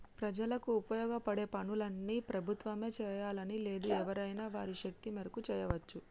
ప్రజలకు ఉపయోగపడే పనులన్నీ ప్రభుత్వమే చేయాలని లేదు ఎవరైనా వారి శక్తి మేరకు చేయవచ్చు